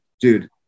dude